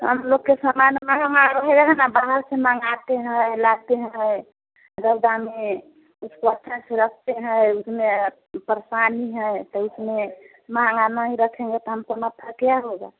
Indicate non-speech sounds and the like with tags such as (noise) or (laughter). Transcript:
हम लोग के सामान (unintelligible) बाहर से मंगाते हैं लाते हैं रौदा में उसको अच्छा से रखते हैं उसमें परेशानी है तो इसमें महंगा नहीं रखेंगे तो हमको नफ़ा क्या होगा